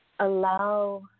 Allow